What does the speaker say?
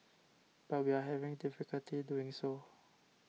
but we are having difficulty doing so